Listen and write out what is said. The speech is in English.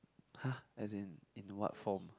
[huh] as in in what form